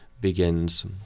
begins